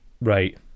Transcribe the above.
right